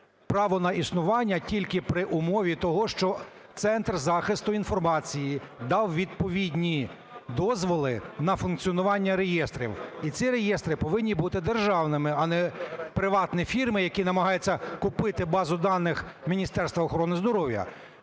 право на існування тільки при умові того, що центр захисту інформації дав відповідні дозволи на функціонування реєстрів, і ці реєстри повинні бути державними, а не приватні фірми, які намагаються купити базу даних Міністерства охорони здоров'я.